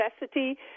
necessity